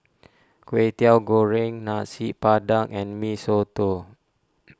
Kwetiau Goreng Nasi Padang and Mee Soto